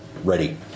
Ready